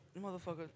motherfucker